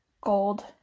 gold